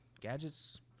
gadgets